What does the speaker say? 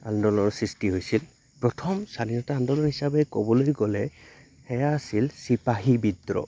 আন্দোলনৰ সৃষ্টি হৈছিল প্ৰথম স্বাধীনতা আন্দোলন হিচাপে ক'বলৈ গ'লে সেয়া আছিল চিপাহী বিদ্রোহ